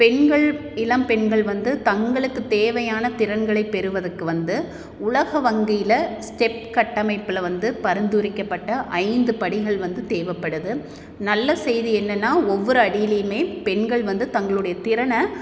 பெண்கள் இளம் பெண்கள் வந்து தங்களுக்கு தேவையான திறன்களை பெறுவதற்கு வந்து உலக வங்கியில் ஸ்டெப் கட்டமைப்பில் வந்து பரிந்துரைக்கப்பட்ட ஐந்து படிகள் வந்து தேவைப்படுது நல்ல செய்தி என்னென்னா ஒவ்வொரு அடியிலுமே பெண்கள் வந்து தங்களுடைய திறனை